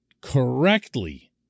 correctly